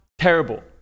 Terrible